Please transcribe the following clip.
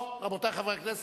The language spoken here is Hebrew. רבותי חברי הכנסת,